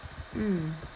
mm